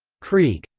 krieg